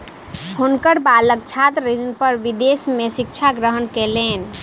हुनकर बालक छात्र ऋण पर विदेश में शिक्षा ग्रहण कयलैन